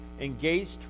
engaged